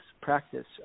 practice